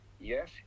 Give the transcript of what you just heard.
Yes